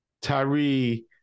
Tyree